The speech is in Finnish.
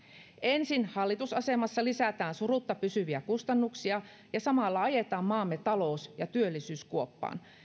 ensin hallitusasemassa lisätään surutta pysyviä kustannuksia ja samalla ajetaan maamme talous ja työllisyys kuoppaan ja